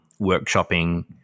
workshopping